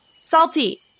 Salty